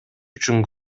үчүн